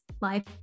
Life